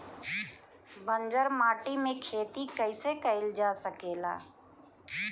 बंजर माटी में खेती कईसे कईल जा सकेला?